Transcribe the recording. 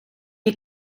est